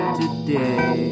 today